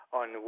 on